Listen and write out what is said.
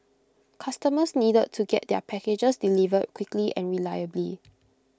customers needed to get their packages delivered quickly and reliably